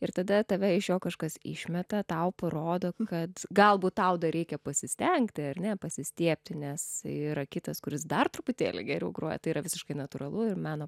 ir tada tave iš jo kažkas išmeta tau parodo kad galbūt tau dar reikia pasistengti ar ne pasistiebti nes yra kitas kuris dar truputėlį geriau groja tai yra visiškai natūralu ir meno